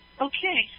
Okay